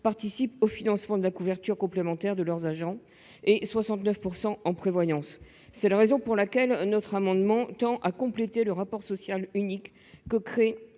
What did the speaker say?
participent au financement de la couverture complémentaire de leurs agents en santé et 69 % en prévoyance. C'est la raison pour laquelle notre amendement tend à compléter le rapport social unique que crée